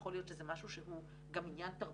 יכול להיות שזה משהו שהוא גם עניין תרבותי.